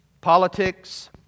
politics